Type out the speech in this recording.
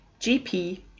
GP